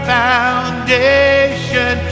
foundation